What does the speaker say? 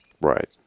right